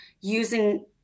using